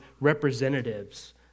representatives